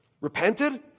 repented